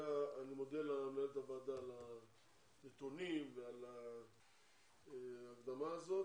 אני מודה למנהלת הוועדה על הנתונים ועל ההקדמה הזאת,